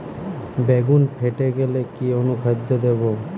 বেগুন ফেটে গেলে কি অনুখাদ্য দেবো?